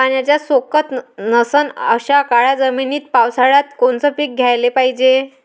पाण्याचा सोकत नसन अशा काळ्या जमिनीत पावसाळ्यात कोनचं पीक घ्याले पायजे?